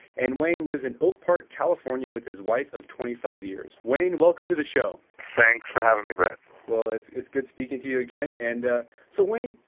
and wayne lives in oak park, california with his wife of twenty five years. wayne, welcome to the show thanks for having me brett well, it's it's good speaking to you again and so wayne,